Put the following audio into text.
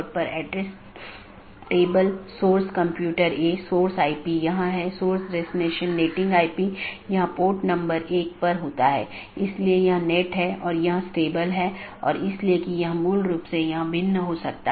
तो एक है optional transitive वैकल्पिक सकर्मक जिसका मतलब है यह वैकल्पिक है लेकिन यह पहचान नहीं सकता है लेकिन यह संचारित कर सकता है